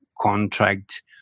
contract